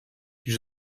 yüz